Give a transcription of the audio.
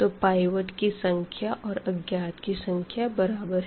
तो पाइवट की संख्या और अज्ञात की संख्या बराबर है